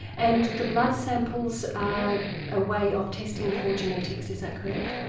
and the blood samples are a way of testing for genetics, is that correct?